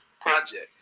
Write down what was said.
project